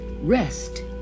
Rest